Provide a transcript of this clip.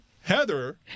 Heather